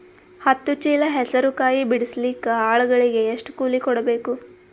ಹತ್ತು ಚೀಲ ಹೆಸರು ಕಾಯಿ ಬಿಡಸಲಿಕ ಆಳಗಳಿಗೆ ಎಷ್ಟು ಕೂಲಿ ಕೊಡಬೇಕು?